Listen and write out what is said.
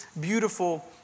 beautiful